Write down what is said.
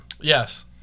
Yes